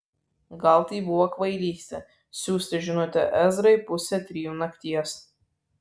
gal tai buvo kvailystė siųsti žinutę ezrai pusę trijų nakties